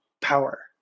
power